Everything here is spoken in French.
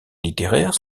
littéraires